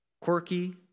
Quirky